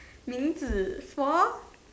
Ming-Zi four